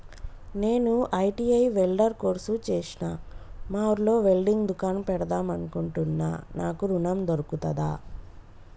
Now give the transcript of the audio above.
నేను ITI welder course చేశ్న మా ఊర్లో వెల్డింగ్ దుకాన్ పెడదాం అనుకుంటున్నా నాకు ఋణం దొర్కుతదా?